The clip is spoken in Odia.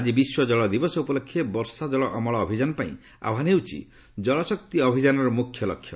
ଆଜି ବିଶ୍ୱ ଜଳ ଦିବସ ଉପଲକ୍ଷେ ବର୍ଷାଜଳ ଅମଳ ଅଭିଯାନ ପାଇଁ ଆହ୍ପାନ ହେଉଛି ଜଳ ଶକ୍ତି ଅଭିଯାନର ମୁଖ୍ୟ ଲକ୍ଷ୍ୟ